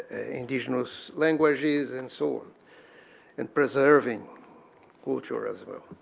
and additional so languages, and so on, and preserving culture as well.